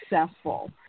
successful